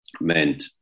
meant